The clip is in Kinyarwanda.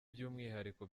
by’umwihariko